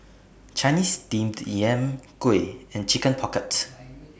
Chinese Steamed Yam Kuih and Chicken Pocket